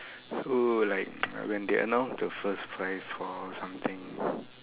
so like when they announce the first prize for something